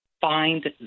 Find